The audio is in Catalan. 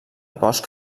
boscs